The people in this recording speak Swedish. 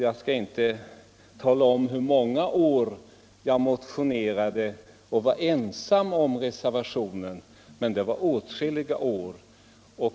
Jag skall inte tala om hur många år vi från vårt parti var ensamma om reservationen, men det var åtskilliga år.